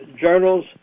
journals